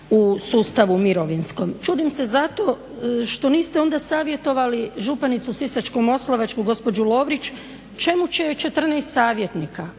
u sustavu mirovinskom. Čudim se zato što niste onda savjetovali županicu Sisačko-moslavačku gospođu Lovrić čemu će joj 14 savjetnika.